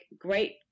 great